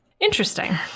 Interesting